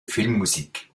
filmmusik